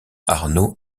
arnaud